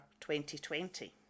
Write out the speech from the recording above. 2020